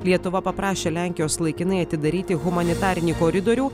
lietuva paprašė lenkijos laikinai atidaryti humanitarinį koridorių